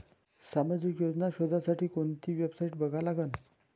सामाजिक योजना शोधासाठी कोंती वेबसाईट बघा लागन?